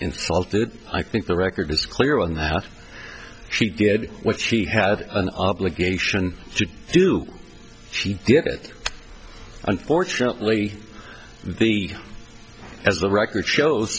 insulted i think the record is clear on that she did what she had an obligation to do she did it unfortunately the as the record shows